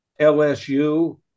LSU